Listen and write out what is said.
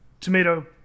Tomato